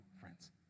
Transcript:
friends